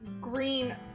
green